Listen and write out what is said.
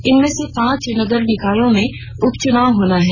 इनमें से पांच नगर निकायों में उप चुनाव होने है